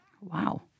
Wow